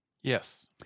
Yes